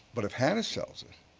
but if hannah sells it,